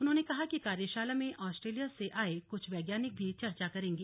उन्होंने कहा कि कार्यशाला में आस्ट्रेलिया से आये कुछ वैज्ञानिक भी चर्चा करेंगे